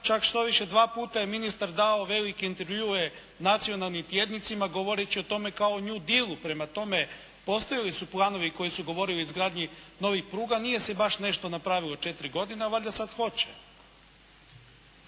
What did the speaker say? čak štoviše 2 puta je ministar dao velike intervjue nacionalnim tjednicima govoreći o tome kao o «new deal-u». Prema tome postojali su planovi koji su govorili o izgradnji novih pruga. Nije se baš nešto napravilo u 4 godine, ali valjda sad hoće.